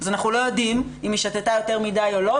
אז אנחנו לא יודעים אם היא שתתה יותר מדי או לא.